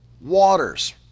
waters